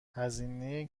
هزینه